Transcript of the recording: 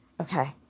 Okay